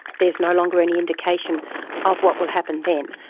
there's no longer any indication of what will happen then.